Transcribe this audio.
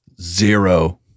Zero